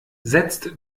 setzt